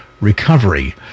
recovery